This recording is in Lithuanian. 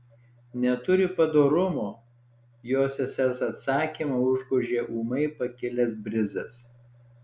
neturi padorumo jo sesers atsakymą užgožė ūmai pakilęs brizas